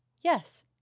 Yes